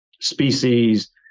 species